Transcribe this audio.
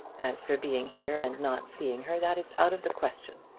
as for being here and not seeing her, that is out of the question.